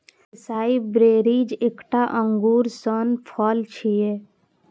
एसाई berries एकटा अंगूर सन फल छियै